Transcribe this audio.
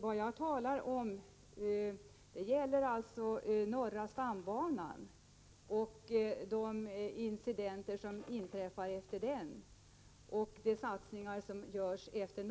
Vad jag talar om är norra stambanan, de incidenter som inträffar där och de satsningar som görs där.